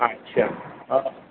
ଆଚ୍ଛା ହଉ